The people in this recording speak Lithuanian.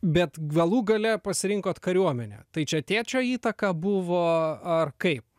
bet galų gale pasirinkot kariuomenę tai čia tėčio įtaka buvo ar kaip